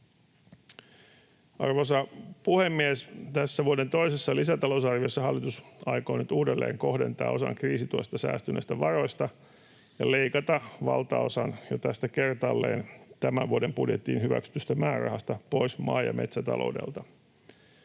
Arvoisa puhemies! Tässä vuoden toisessa lisätalousarviossa hallitus aikoo nyt uudelleenkohdentaa osan kriisituesta säästyneistä varoista ja leikata valtaosan jo tästä kertaalleen tämän vuoden budjettiin hyväksytystä määrärahasta pois maa- ja metsätaloudelta.